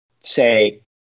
say